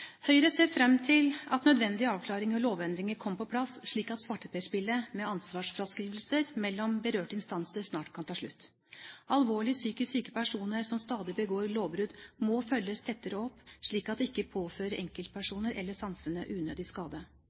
Høyre ser fram til at nødvendige avklaringer og lovendringer kommer på plass, slik at svarteperspillet med ansvarsfraskrivelser mellom berørte instanser snart kan ta slutt. Alvorlig psykisk syke personer som stadig begår lovbrudd, må følges tettere opp, slik at de ikke påfører enkeltpersoner eller samfunnet unødig skade.